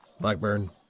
Blackburn